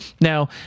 Now